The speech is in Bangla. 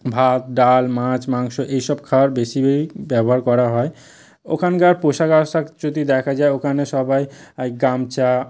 ভাত ডাল মাছ মাংস এই সব খাওয়ার বেশিই ব্যবহার করা হয় ওখানকার পোশাক আশাক যদি দেখা যায় ওখানে সবাই গামছা